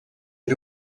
era